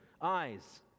eyes